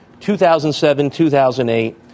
2007-2008